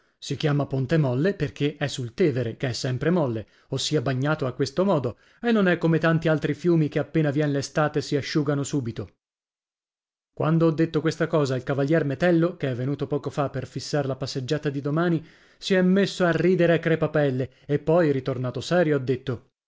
si chiama ponte molle perché è sul tevere che è sempre molle ossia bagnato a questo modo e non è come tanti altri fiumi che appena vien l'estate si asciugano subito quando ho detto questa cosa al cavalier metello che è venuto poco fa per fissar la passeggiata di domani si è messo a ridere a crepapelle e poi ritornato serio ha detto